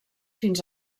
fins